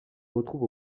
retrouve